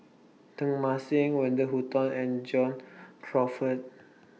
Teng Mah Seng Wendy Hutton and John Crawfurd